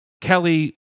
Kelly